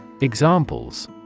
Examples